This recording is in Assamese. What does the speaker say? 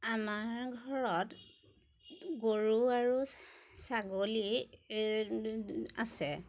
আমাৰ ঘৰত গৰু আৰু ছাগলী আছে